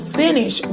finish